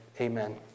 Amen